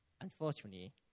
unfortunately